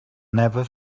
never